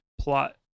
plot